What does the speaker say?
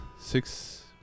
six